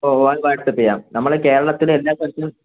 ഓ one WhatsApp ചെയ്യാം നമ്മൾ കേരളത്തിലെ എല്ലാ സ്ഥലത്തിലും